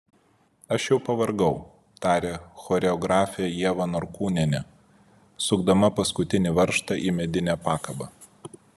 aš jau pavargau tarė choreografė ieva norkūnienė sukdama paskutinį varžtą į medinę pakabą